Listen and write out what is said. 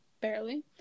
Barely